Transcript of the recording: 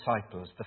disciples